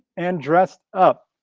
and dressed up.